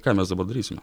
ką mes dabar darysime